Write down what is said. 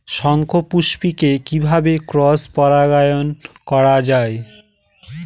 শঙ্খপুষ্পী কে কিভাবে ক্রস পরাগায়ন করা যায়?